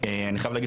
אני חייב להגיד,